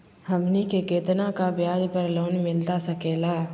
हमनी के कितना का ब्याज पर लोन मिलता सकेला?